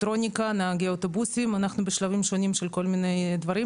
נהגי אוטובוסים אנחנו בשלבים שונים של כל מיני דברים,